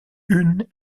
une